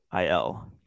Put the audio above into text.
il